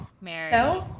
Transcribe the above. Mary